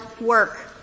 work